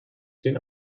den